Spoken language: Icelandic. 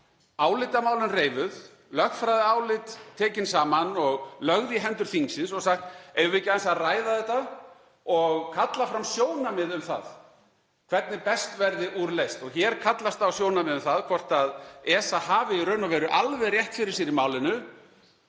álitamálin reifuð, lögfræðiálit tekin saman og lögð í hendur þingsins og sagt: Eigum við ekki aðeins að ræða þetta og kalla fram sjónarmið um það hvernig best verði úr leyst? Hér kallast á sjónarmið um það hvort ESA hafi í raun og veru alveg rétt fyrir sér í málinu